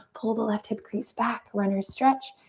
pull the left hip crease back. runner's stretch.